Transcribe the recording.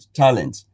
talent